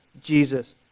Jesus